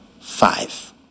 five